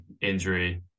injury